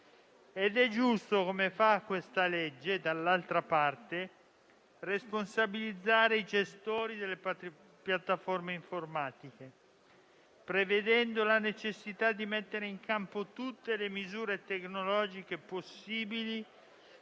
il presente disegno di legge - responsabilizzare i gestori delle piattaforme informatiche, prevedendo la necessità di mettere in campo tutte le misure tecnologiche possibili